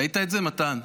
ראית את זה מתן?